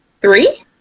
three